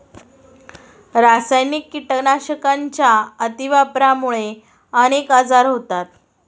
रासायनिक कीटकनाशकांच्या अतिवापरामुळे अनेक आजार होतात